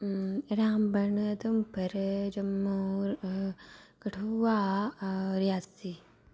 Ramban Udhampur Jammu Kathua Reasi